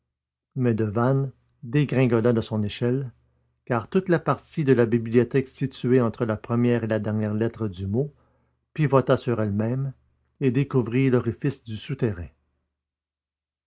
mais devanne dégringola de son échelle car toute la partie de la bibliothèque située entre la première et la dernière lettre du mot pivota sur elle-même et découvrit l'orifice du souterrain